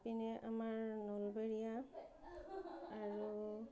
পিনে আমাৰ নলবাৰীয়া আৰু